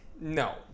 No